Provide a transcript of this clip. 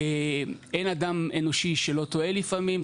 אין אדם אנושי שלא טועה לפעמים,